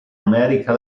america